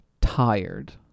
tired